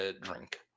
drink